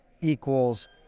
equals